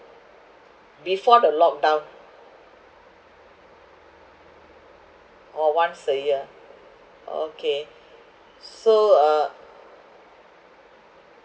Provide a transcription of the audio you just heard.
before the lockdown orh once a year okay so uh